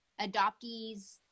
adoptees